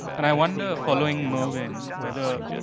and i wonder, following merwin, whether